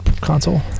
console